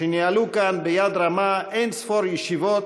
שניהלו כאן ביד רמה אין-ספור ישיבות,